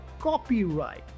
copyright